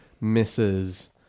misses